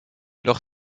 leur